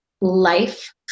life